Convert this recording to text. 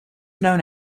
known